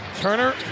Turner